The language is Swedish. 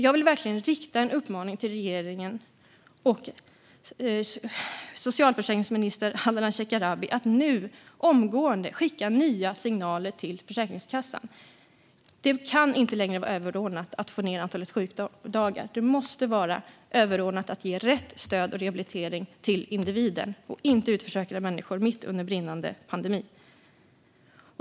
Jag vill verkligen rikta en uppmaning till regeringen och socialförsäkringsminister Ardalan Shekarabi att nu, omgående, skicka nya signaler till Försäkringskassan. Det kan inte längre vara överordnat att få ned antalet sjukdagar. Det måste vara överordnat att ge rätt stöd och rehabilitering till individen och inte utförsäkra människor mitt under brinnande pandemi.